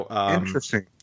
Interesting